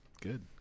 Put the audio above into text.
good